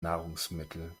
nahrungsmittel